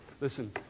listen